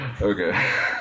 Okay